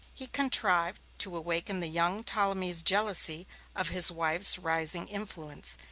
he contrived to awaken the young ptolemy's jealousy of his wife's rising influence,